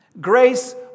Grace